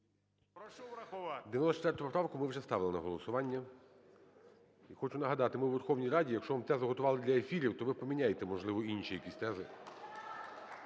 Прошу врахувати. ГОЛОВУЮЧИЙ. 94 поправку ми вже ставили на голосування. І хочу нагадати, ми у Верховні1й Раді, якщо вам тезу готували для ефірів, то ви поміняйте, можливо, інші якісь тези.